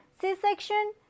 C-section